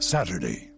Saturday